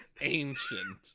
ancient